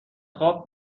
خواب